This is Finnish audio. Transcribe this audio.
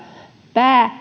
pää